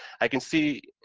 i can see,